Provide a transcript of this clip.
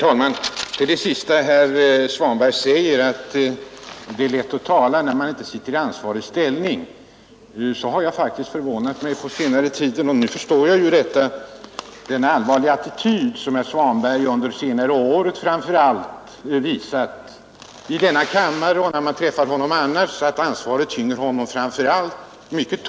Herr talman! Herr Svanberg säger att det är lätt att tala när man inte sitter i ansvarig ställning. Jag har faktiskt på senare tid förvånat mig över den allvarliga attityd som herr Svanberg framför allt under det senaste året intagit i denna kammare och när man träffat honom i övrigt; jag förstår ju nu att ansvaret tynger honom mycket.